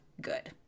good